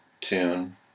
tune